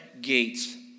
gates